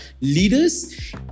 leaders